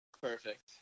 Perfect